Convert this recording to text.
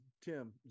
Tim